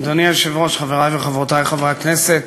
אדוני היושב-ראש, חברי וחברותי חברי הכנסת,